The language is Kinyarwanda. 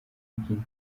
kubyina